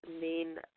main